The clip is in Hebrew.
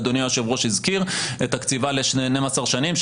אדוני היושב-ראש הזכיר את הקציבה ל-12 שנים,